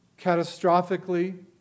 catastrophically